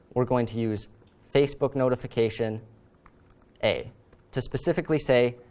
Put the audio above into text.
we're going to use facebook notification a to specifically say,